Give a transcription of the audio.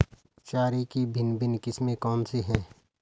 चारे की भिन्न भिन्न किस्में कौन सी हैं?